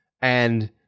and-